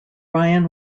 ryan